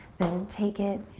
then take it,